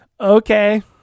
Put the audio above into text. okay